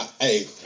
Hey